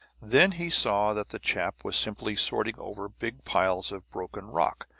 then he saw that the chap was simply sorting over big piles of broken rock,